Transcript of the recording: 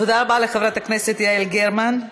תודה רבה לחברת הכנסת יעל גרמן.